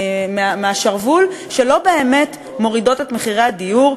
מהשרוול שלא באמת מורידות את מחירי הדיור,